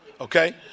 Okay